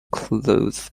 cloth